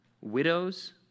widows